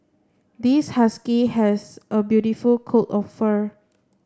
this husky has a beautiful coat of fur